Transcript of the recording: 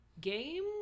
game